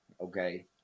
okay